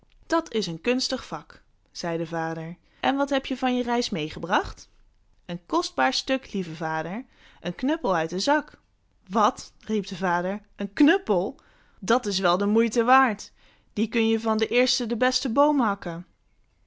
dat is een kunstig vak zei de vader en wat heb je van je reis meegebracht een kostbaar stuk lieve vader een knuppel uit de zak wat riep de vader een knuppel dat is wel de moeite waard die kun je van den eersten den besten boom hakken